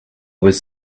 was